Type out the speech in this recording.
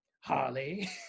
Harley